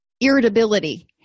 irritability